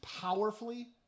powerfully